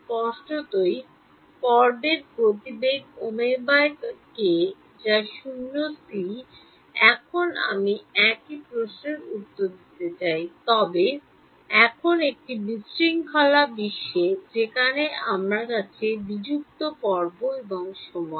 স্পষ্টতই পর্বের গতিবেগ ω k যা শূন্যে সি এখন আমি একই প্রশ্নের উত্তর দিতে চাই তবে এখন একটি বিশৃঙ্খলা বিশ্বে যেখানে আমার আছে বিযুক্ত পর্ব এবং সময়